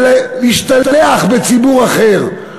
ולהשתלח בציבור אחר?